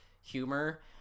humor